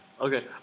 Okay